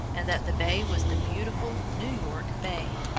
and that the bay was the beautiful new york bay.